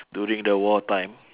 during the war time